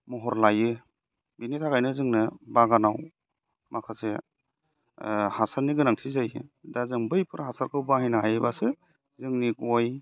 महर लायो बेनि थाखायनो जोंना बागानाव माखासे हासारनि गोनांथि जायो दा जों बैफोर हासारखौ बाहानो हायोबासो जोंनि गय